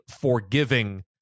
forgiving